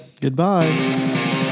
Goodbye